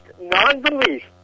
non-belief